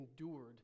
endured